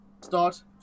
start